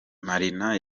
marina